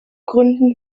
gründen